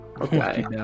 Okay